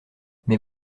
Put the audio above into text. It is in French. mais